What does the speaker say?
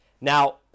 Now